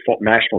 National